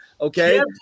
Okay